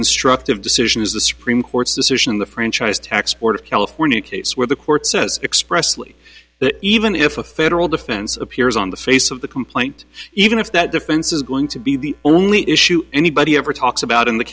instructive decision is the supreme court's decision in the franchise tax board of california case where the court says expressly that even if a federal defense of appears on the face of the complaint even if that defense is going to be the only issue anybody ever talks about in the